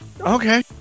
Okay